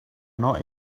not